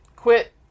quit